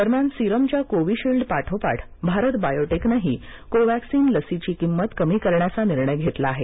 दरम्यान सिरमच्या कोविशिल्ड पाठोपाठ भारत बायोटेकनं ही कोवक्सीन लसीची किंमत कमी करण्याचा निर्णय घेतला आहे